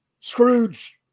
Scrooge